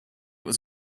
was